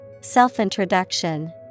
Self-Introduction